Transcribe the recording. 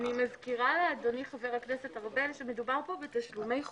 אני מזכירה לאדוני חבר הכנסת ארבל שמדובר פה בתשלומי חובה,